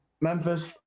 Memphis